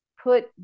put